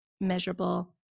Measurable